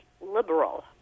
liberal